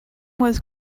was